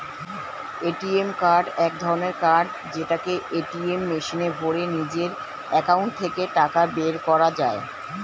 ATM card এক ধরণের card যেটাকে এটিএম মেশিনে ভরে নিজের একাউন্ট থেকে টাকা বের করা যায়